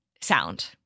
sound